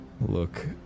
look